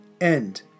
end